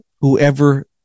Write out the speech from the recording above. whoever